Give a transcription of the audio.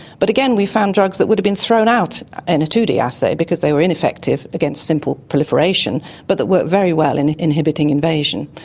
but again, we found drugs that would have been thrown out in a two d assay because they were ineffective against simple proliferation but that work very well in inhibiting invasion.